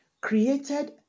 created